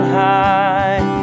high